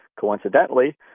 coincidentally